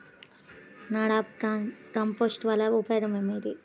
NADEP compost వలన ఉపయోగం ఏమిటి?